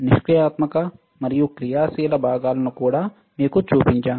నిష్క్రియాత్మక మరియు క్రియాశీల భాగాలను కూడా మీకు చూపించాను